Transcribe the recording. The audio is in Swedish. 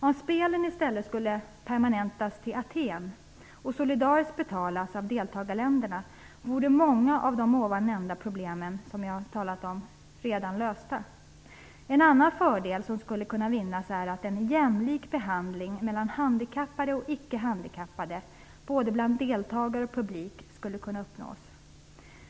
Om spelen i stället skulle permanentas till Aten och solidariskt betalas av deltagarländerna vore många av de problem jag har talat om redan lösta. En annan fördel är att en jämlik behandling mellan handikappade och icke handikappade bland både deltagare och publik skulle kunna uppnås.